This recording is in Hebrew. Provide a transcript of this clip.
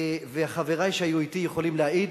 וחברי שהיו אתי יכולים להעיד,